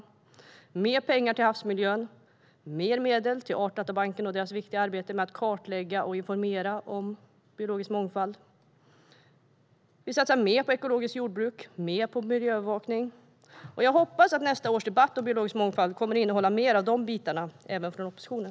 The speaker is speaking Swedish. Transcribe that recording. Vi satsar mer pengar på havsmiljön och ger mer medel till Artdatabanken och deras viktiga arbete med att kartlägga och informera om biologisk mångfald. Vi satsar mer på ekologiskt jordbruk och mer på miljöövervakning. Jag hoppas att nästa års debatt om biologisk mångfald kommer att innehålla mer av de bitarna även från oppositionen.